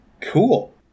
Cool